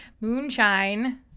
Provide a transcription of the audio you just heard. moonshine